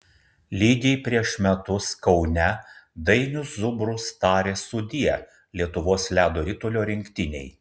lygiai prieš metus kaune dainius zubrus tarė sudie lietuvos ledo ritulio rinktinei